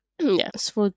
Yes